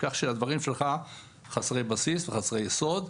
כך שהדברים שלך חסרי בסיס וחסרי יסוד.